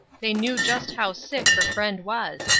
they knew just how sick her friend was,